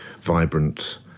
vibrant